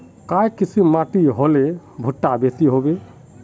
काई किसम माटी होले भुट्टा बेसी होबे?